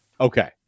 Okay